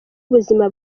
ubuzima